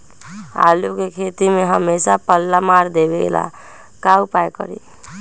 आलू के खेती में हमेसा पल्ला मार देवे ला का उपाय करी?